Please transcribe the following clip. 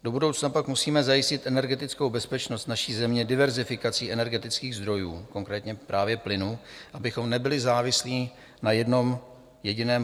Do budoucna pak musíme zajistit energetickou bezpečnost naší země diverzifikací energetických zdrojů, konkrétně právě plynu, abychom nebyli závislí na jednom jediném producentovi.